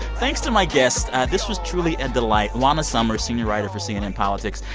thanks to my guests. this was truly a delight. juana summers, senior writer for cnn politics,